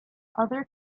other